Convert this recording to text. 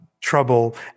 trouble